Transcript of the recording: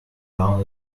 down